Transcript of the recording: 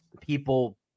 people